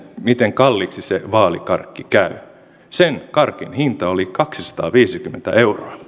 miten kalliiksi se vaalikarkki käy sen karkin hinta oli kaksisataaviisikymmentä euroa